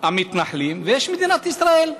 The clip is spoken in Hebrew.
המתנחלים ויש מדינת ישראל,